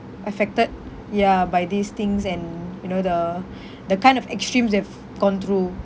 affected ya by these things and you know the the kind of extremes they've gone through